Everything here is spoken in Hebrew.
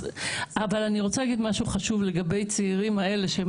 אבל אני רוצה להגיד משהו חשוב לגבי הצעירים האלה שהם